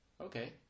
Okay